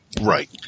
Right